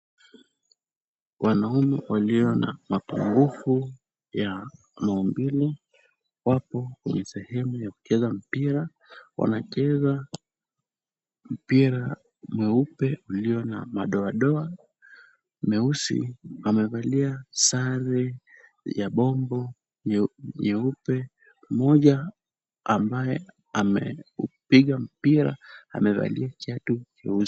Wanaume walio na mapungufu ya maumbile wako kwenye sehemu ya kucheza mpira, wanacheza mpira mweupe ulio na madoadoa meusi. Wamevalia sare ya bombo nyeupe. Mmoja ambaye ameupiga mpira amevalia kiatu cheusi.